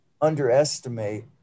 underestimate